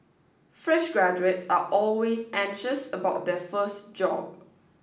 fresh graduates are always anxious about their first job